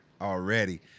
Already